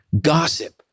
gossip